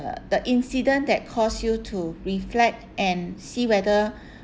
the incident that cause you to reflect and see whether